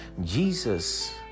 Jesus